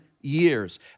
years